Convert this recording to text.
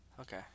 Okay